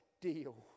deal